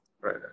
Right